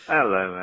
Hello